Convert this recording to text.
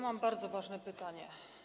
Mam bardzo ważne pytanie.